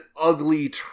ugly